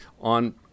on